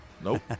Nope